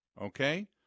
okay